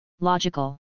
logical